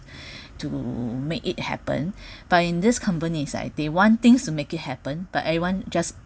to make it happen but in this company is like they want things to make it happen but everyone just